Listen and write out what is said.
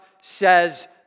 says